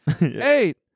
eight